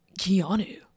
Keanu